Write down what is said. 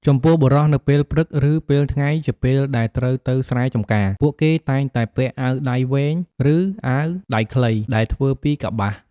ចំពោះ បុរសនៅពេលព្រឹក ឬ ពេលថ្ងៃជាពេលដែលត្រូវទៅស្រែចំការ ពួកគេតែងតែពាក់អាវដៃវែង ឬ អាវដៃខ្លីដែលធ្វើពីកប្បាស។